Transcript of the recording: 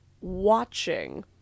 watching